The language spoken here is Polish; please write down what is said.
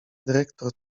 dyrektor